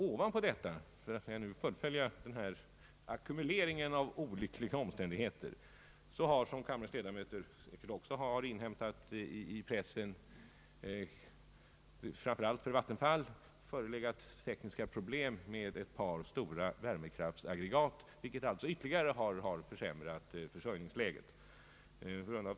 Ovanpå detta — för att nu fullfölja ackumuleringen av olyckliga omständigheter — har, som kammarens ledamöter säkert också inhämtat i pressen, framför allt för Vattenfall förelegat tekniska problem som ytterligare försämrat försörjningsläget.